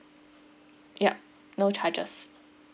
yup no charges